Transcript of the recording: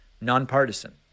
nonpartisan